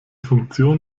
funktion